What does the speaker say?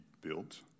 built